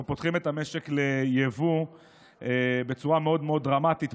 אנחנו פותחים את המשק ליבוא בצורה מאוד מאוד דרמטית,